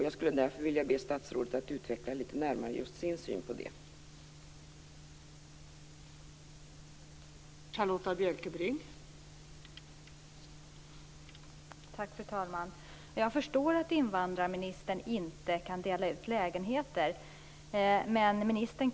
Jag skulle därför vilja be statsrådet att litet närmare utveckla sin syn på just det.